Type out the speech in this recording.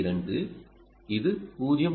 2 இது 0